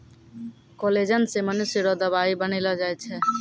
collagen से मनुष्य रो दवाई बनैलो जाय छै